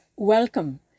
Welcome